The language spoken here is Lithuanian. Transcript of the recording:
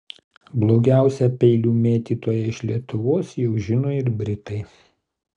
blogiausią peilių mėtytoją iš lietuvos jau žino ir britai